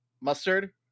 mustard